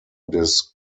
des